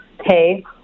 hey